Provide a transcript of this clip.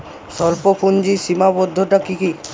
স্বল্পপুঁজির সীমাবদ্ধতা কী কী?